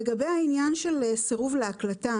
לגבי העניין של סירוב להקלטה,